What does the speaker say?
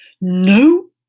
no